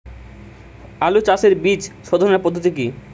আলু চাষের বীজ সোধনের পদ্ধতি কি?